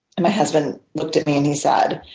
and my husband looked at me and he said,